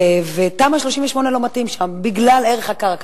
ותמ"א 38 לא מתאימה שם בגלל ערך הקרקע.